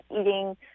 eating